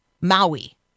Maui